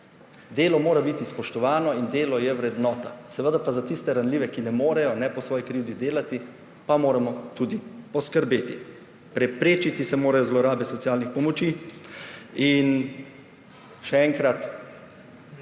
Delo mora biti spoštovano in delo je vrednota. Seveda pa za tiste ranljive, ki ne morejo, ne po svoji krivdi, delati, pa moramo tudi poskrbeti. Preprečiti se morajo zlorabe socialnih pomoči. In še enkrat,